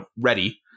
ready